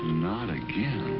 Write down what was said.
not again.